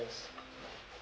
yes